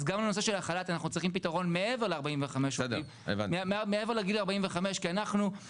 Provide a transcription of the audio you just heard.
אז גם לנושא של החל"ת אנחנו צריכים פתרון מעבר לגיל 45. כי אנחנו,